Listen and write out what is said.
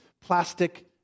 plastic